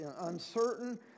uncertain